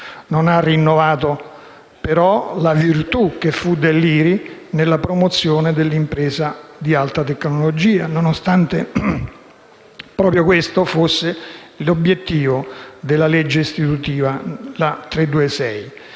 Non ha rinnovato, però, la virtù che fu dell'IRI nella promozione dell'impresa di alta tecnologia, nonostante proprio questo fosse l'obiettivo definito nella legge istitutiva n. 326